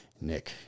Nick